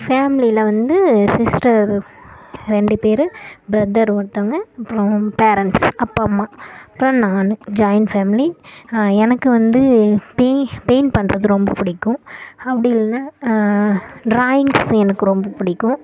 ஃபேமிலியில் வந்து சிஸ்டர் ரெண்டு பேர் பிரதர் ஒருத்தவங்க அப்புறம் பேரண்ட்ஸ் அப்பா அம்மா அப்புறம் நான் ஜாயின்ட் ஃபேமிலி எனக்கு வந்து பெ பெயிண்ட் பண்ணுறது ரொம்ப பிடிக்கும் அப்படி இல்லைன்னா ட்ராயிங்ஸ் எனக்கு ரொம்ப பிடிக்கும்